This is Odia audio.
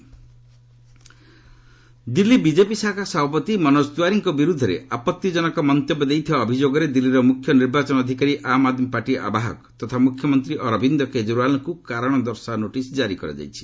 ଡିଲି ସିଇଓ କେଜରିଓ୍ବାଲ ଦିଲ୍ଲୀ ବିଜେପି ଶାଖା ସଭାପତି ମନୋଜ ତିୱାରୀଙ୍କ ବିରୁଦ୍ଧରେ ଆପଭିଜନକ ମନ୍ତବ୍ୟ ଦେଇଥିବା ଅଭିଯୋଗରେ ଦିଲ୍ଲୀର ମୁଖ୍ୟ ନିର୍ବାଚନ ଅଧିକାରୀ ଆମ୍ ଆଦ୍ମୀ ପାର୍ଟି ଆବାହକ ତଥା ମୁଖ୍ୟମନ୍ତ୍ରୀ ଅରବିନ୍ଦ କେଜରିଓ୍ବାଲଙ୍କୁ କାରଣ ଦର୍ଶାଅ ନୋଟିସ୍ ଜାରି କରିଛନ୍ତି